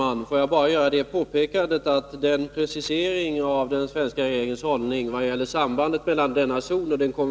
initiativ för att skapa en kärnvapenfri zon i Europa